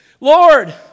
Lord